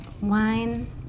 wine